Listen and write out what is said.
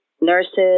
Nurses